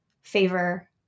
favor